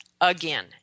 again